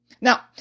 Now